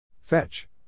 Fetch